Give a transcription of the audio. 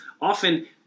often